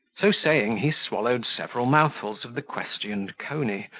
so saying, he swallowed several mouthfuls of the questioned coney,